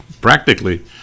practically